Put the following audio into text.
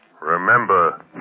Remember